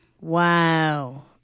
Wow